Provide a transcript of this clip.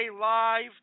Live